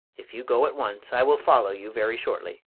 if you go at once, i will follow you very shortly.